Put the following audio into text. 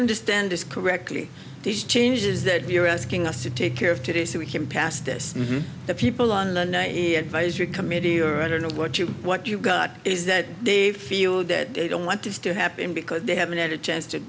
understand this correctly these changes that you're asking us to take care of today so we can pass this on the people on the nightly advisory committee or i don't know what you what you've got is that dave feel that they don't want to happen because they haven't had a chance to